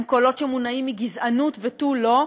הם קולות שמונעים מגזענות ותו לא,